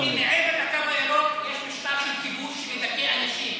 כי מעבר לקו הירוק יש משטר של כיבוש שמדכא אנשים.